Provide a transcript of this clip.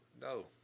no